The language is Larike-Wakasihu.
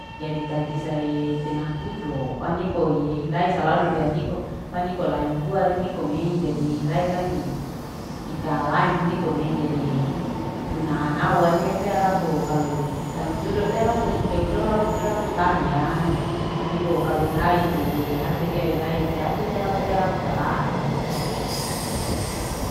Jadi tai bisa itenan tudo, panikoe ilai salado. ria niko paniko lihai nuhua ri iniko me jadi ilai kang ikalain nikome jadiituna hanawa pea kalu tantudo pea ragu keu. keu ragu pea ragu utahiapaniko kalu ilai teye hate ila ria te hati ria ragu pea ragu eta laai